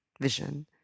vision